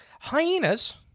Hyenas